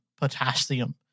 Potassium